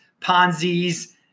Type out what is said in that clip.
Ponzi's